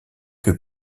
que